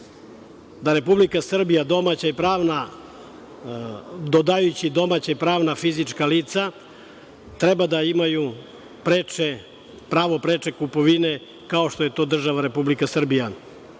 da Republika Srbija, dodajući domaća i pravna, fizička lica treba da imaju pravo preče kupovine, kao što je to država Republika Srbija. Ovaj